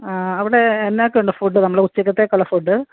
അവിടെ എന്നാ ഒക്കെയുണ്ട് ഫുഡ് നമ്മൾ ഉച്ചയ്ക്കത്തേക്കുള്ള ഫുഡ്